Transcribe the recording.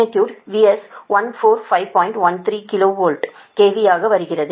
13 kilo volt KV ஆக வருகிறது